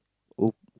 oh